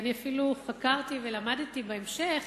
אפילו חקרתי ולמדתי בהמשך,